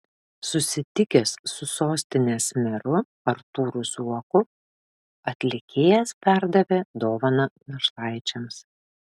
susitikęs su sostinės meru artūru zuoku atlikėjas perdavė dovaną našlaičiams